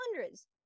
hundreds